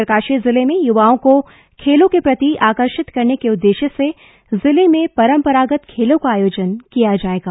उत्तरकाशी जिले में युवाओं को खेलों के प्रति आकर्षित करने के उद्देश्य से जिले में परम्परागत खेलों का आयोजन किया जायेगा